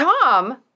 Tom